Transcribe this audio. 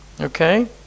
Okay